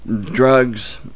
drugs